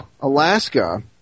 Alaska